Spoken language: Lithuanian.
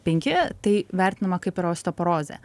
penki tai vertinama kaip yra osteoporozė